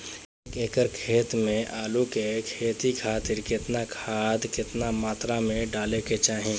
एक एकड़ खेत मे आलू के खेती खातिर केतना खाद केतना मात्रा मे डाले के चाही?